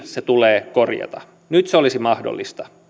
se tulee korjata nyt se olisi mahdollista